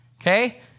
okay